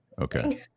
okay